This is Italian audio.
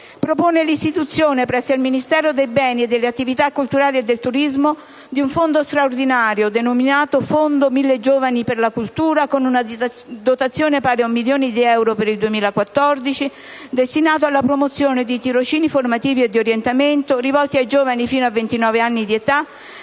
propone l'istituzione, presso il Ministero dei beni e delle attività culturali e del turismo, di un fondo straordinario, denominato «Fondo mille giovani per la cultura», con una dotazione pari a 1 milione di euro per il 2014, destinato alla promozione dei tirocini formativi e di orientamento, rivolti ai giovani fino a ventinove anni di età,